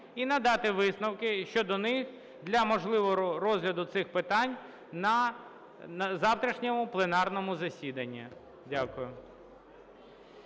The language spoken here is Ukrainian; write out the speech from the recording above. і надати висновки щодо них для можливого розгляду цих питань на завтрашньому пленарному засіданні. Дякую.